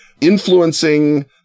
influencing